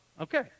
Okay